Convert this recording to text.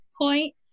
point